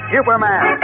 Superman